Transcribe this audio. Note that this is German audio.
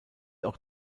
auch